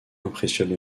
impressionne